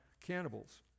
cannibals